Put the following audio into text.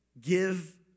give